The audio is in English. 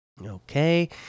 Okay